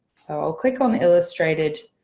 so i'll click on illustrated